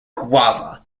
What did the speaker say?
guava